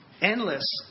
endless